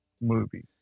movie